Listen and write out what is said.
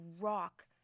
rock